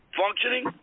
functioning